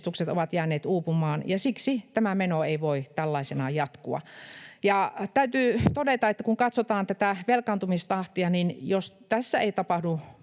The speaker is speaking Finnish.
ovat jääneet uupumaan — ja siksi tämä meno ei voi tällaisenaan jatkua. Ja täytyy todeta, että kun katsotaan tätä velkaantumistahtia, niin jos tässä ei tapahdu